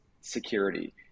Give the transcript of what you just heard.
security